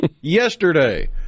Yesterday